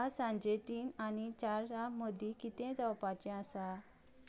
आयज सांजे तीन आनी चारां मदीं कितें जावपाचें आसा